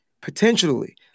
potentially